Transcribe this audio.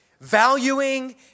Valuing